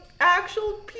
actual